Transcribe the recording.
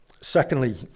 Secondly